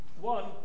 one